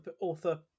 author